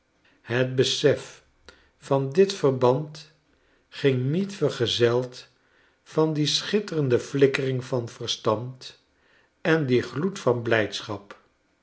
het besef van dit verband ging niet vergezeld van die schitterende flikkering van verstand en dien gloed van blijdschap